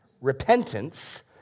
repentance